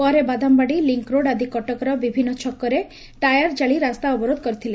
ପରେ ବାଦାମବାଡ଼ି ଲିଙ୍କ୍ରୋଡ୍ ଆଦି କଟକର ବିଭିନ୍ମ ଛକରେ ଟାୟାର ଜାଳି ରାସ୍ତା ଅବରୋଧ କରିଥିଲେ